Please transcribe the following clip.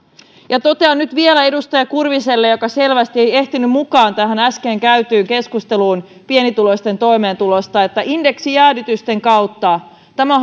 totean nyt vielä edustaja kurviselle joka selvästi ei ehtinyt mukaan tähän äsken käytyyn keskusteluun pienituloisten toimeentulosta että indeksijäädytysten kautta tämä